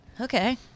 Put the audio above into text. Okay